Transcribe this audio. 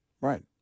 right